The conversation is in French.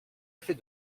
effet